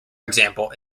example